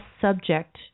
subject